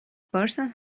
person